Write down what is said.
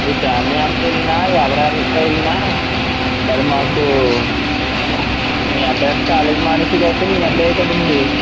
మీ family అంతా వెళ్ళినా ఎవరంతా వెళ్ళినా మరి మాకు మీ అబ్బాయి అయితే కాలేజ్ మానేసేదైతే మీ అబ్బాయే కదండీ